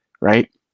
right